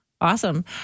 Awesome